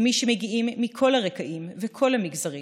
כמי שמגיעים מכל הרקעים וכל המגזרים,